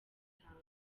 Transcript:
rutanga